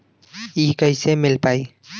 इ कईसे मिल पाई?